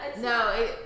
No